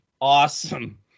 awesome